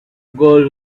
gold